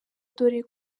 dore